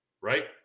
Right